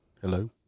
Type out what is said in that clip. Hello